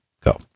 go